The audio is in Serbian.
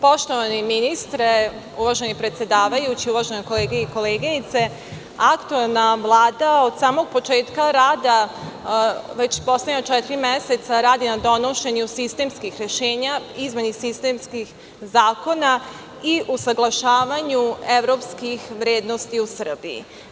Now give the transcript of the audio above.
Poštovani ministre, uvaženi predsedavajući, uvažene kolege i koleginice, aktuelna Vlada od samog početka rada već poslednja četiri meseca radi na donošenju sistemskih rešenja, izmeni sistemskih zakona i usaglašavanju evropskih vrednosti u Srbiji.